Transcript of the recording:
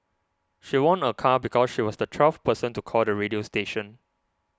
she won a car because she was the twelfth person to call the radio station